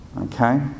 Okay